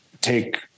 take